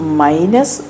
minus